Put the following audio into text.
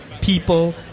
people